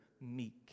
meek